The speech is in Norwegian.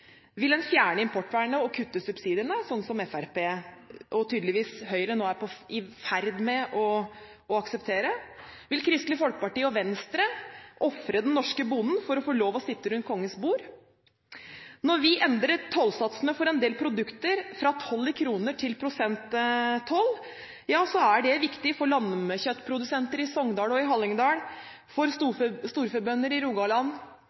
Vil en fjerne importvernet og kutte subsidiene, sånn som Fremskrittspartiet vil og Høyre tydeligvis nå er i ferd med å akseptere? Vil Kristelig Folkeparti og Venstre ofre den norske bonden for å få lov til å sitte rundt Kongens bord? Når vi endrer tollsatsene for en del produkter fra kronetoll til prosenttoll, er det viktig for lammekjøttprodusenter i Sogndal og Hallingdal, for storfebønder i Rogaland